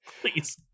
please